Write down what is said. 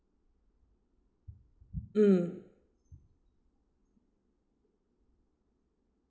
mm